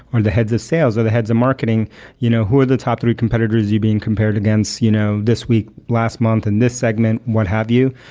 or the heads of sales, or the heads of marketing you know who are the top three competitors you're being compared against you know this week, last month in this segment, what have you?